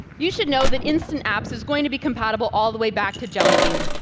you should know that instant apps is going to be compatible all the way back to jelly bean.